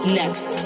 next